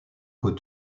qu’au